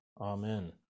Amen